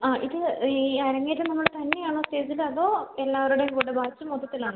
ആ ഇത് ഈ അരങ്ങേറ്റം നമ്മൾ തന്നെയാണോ ചെയ്തത് അതോ എല്ലാവരുടേയും കൂടെ ബാച്ച് മൊത്തത്തിലാണോ